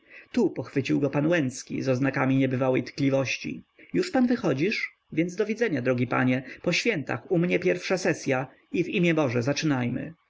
tu pochwycił go pan łęcki z oznakami niebywałej tkliwości już pan wychodzisz więc do widzenia drogi panie po świętach u mnie pierwsza sesya i w imię boże zaczynajmy